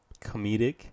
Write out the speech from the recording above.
comedic